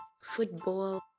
football